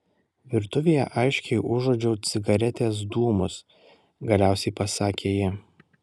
virtuvėje aiškiai užuodžiau cigaretės dūmus galiausiai pasakė ji